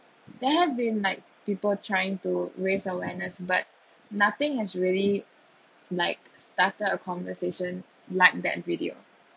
there have been like people trying to raise awareness but nothing has really like started a conversation like that video